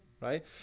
right